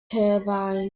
turbine